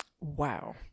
wow